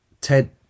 Ted